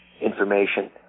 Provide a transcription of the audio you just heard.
information